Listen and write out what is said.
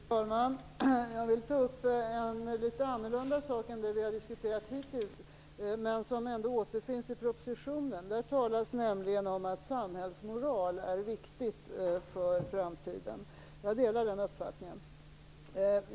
Fru talman! Jag vill ta upp en något annorlunda sak än det som vi har diskuterat hittills men som ändå återfinns i propositionen. Där talas det nämligen om att samhällsmoral är viktig för framtiden. Jag delar den uppfattningen.